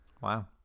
Wow